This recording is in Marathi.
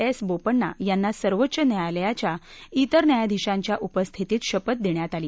एस बोपण्णा यांना सर्वोच्च न्यायालयाच्या तिर न्यायाधीशांच्या उपस्थितीत शपथ देण्यात आली